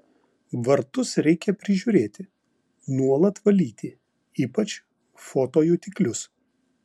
vartus reikia prižiūrėti nuolat valyti ypač fotojutiklius